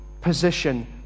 position